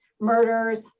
murders